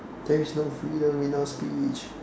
there's no freedom in our speech